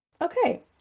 okay